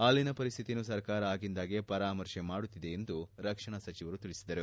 ಅಲ್ಲಿನ ಪರಿಸ್ತಿತಿಯನ್ನು ಸರ್ಕಾರ ಅಗಿಂದಾಗ್ಗೆ ಪರಾಮರ್ಶೆ ಮಾಡುತ್ತಿದೆ ಎಂದು ರಕ್ಷಣಾ ಸಚಿವರು ತಿಳಿಸಿದರು